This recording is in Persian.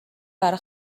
برا